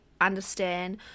understand